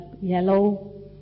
yellow